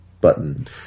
button